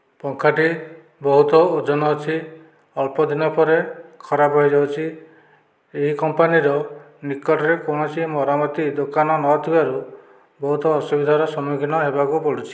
ପଙ୍ଖାଟି ବହୁତ ଓଜନ ଅଛି ଅଳ୍ପ ଦିନ ପରେ ଖରାପ ହୋଇଯାଉଛି ଏହି କମ୍ପାନୀର ନିକଟରେ କୌଣସି ମରାମତି ଦୋକାନ ନ ଥିବାରୁ ବହୁତ ଅସୁବିଧାର ସମ୍ମୁଖୀନ ହେବାକୁ ପଡ଼ୁଛି